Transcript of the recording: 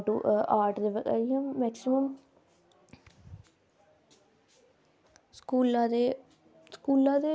बुड्डे जेहडे़ हुंदे ऐ जियां ग्रांए च ज्यादा बुड्डे होंदे ऐ उंहेगी बडी़ इयां होंदी ख़वरा खुबरां सुनने दी